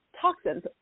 toxins